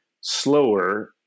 slower